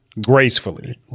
Gracefully